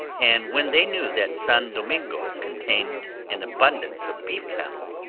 and when they knew that san domingo contained an abundance of beef cattle,